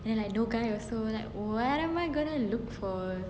and I no guy also like where am I going to look for